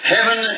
Heaven